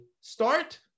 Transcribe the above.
start